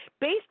based